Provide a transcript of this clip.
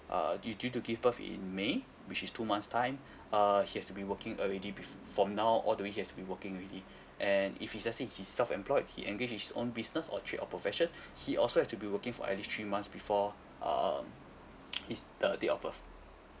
err due due to give birth in may which is two months time err he has to be working already be from now all the way he has to be working already and if he just says he's self employed he engage in his own business or trade or profession he also have to be working for at least three months before um his the date of birth